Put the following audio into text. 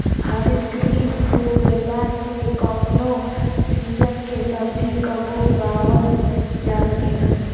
हरितगृह हो गईला से कवनो सीजन के सब्जी कबो उगावल जा सकेला